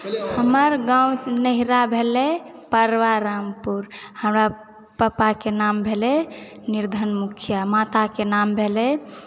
हमर गाँव नैहरा भेलय परवरामपुर हमरा पापाके नाम भेलय निर्धन मुखिआ माताके नाम भेलय